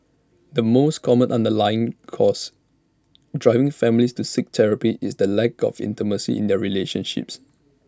the most common underlying cause driving families to seek therapy is the lack of intimacy in their relationships